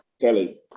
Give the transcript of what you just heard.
Kelly